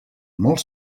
molt